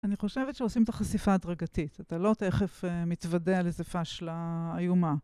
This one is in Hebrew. אני חושבת שעושים את החשיפה הדרגתית. אתה לא תכף מתוודה על איזה פשלה איומה.